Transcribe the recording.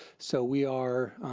so we are,